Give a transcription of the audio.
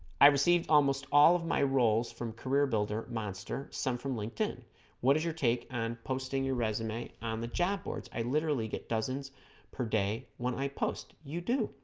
i received almost all of my roles from careerbuilder monster some from linkedin what is your take on posting your resume on the jab boards i literally get dozens per day when i post you do